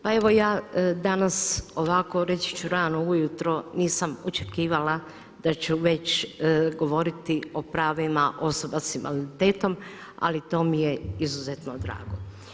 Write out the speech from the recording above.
Pa evo ja danas ovako reći ću rano ujutro nisam očekivala da ću već govoriti o pravima osoba s invaliditetom, ali to mi je izuzetno drago.